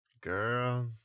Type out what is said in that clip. girl